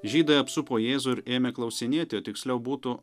žydai apsupo jėzų ir ėmė klausinėti o tiksliau būtų